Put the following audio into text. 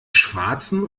schwarzen